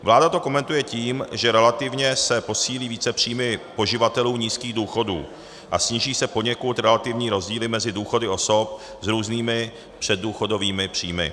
Vláda to komentuje tím, že relativně se posílí více příjmy poživatelů nízkých důchodů a sníží se poněkud relativní rozdíly mezi důchody osob s různými předdůchodovými příjmy.